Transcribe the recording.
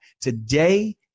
today